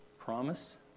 promise